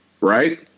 right